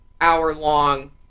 hour-long